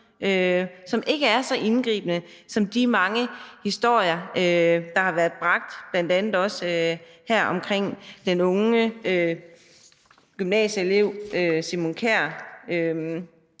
som ikke er så indgribende, som de mange historier, der har været bragt, bl.a. også om den unge gymnasieelev Simon Kjær